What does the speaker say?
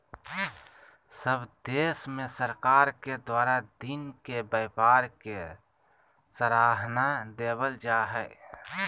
सब देश में सरकार के द्वारा दिन के व्यापार के सराहना देवल जा हइ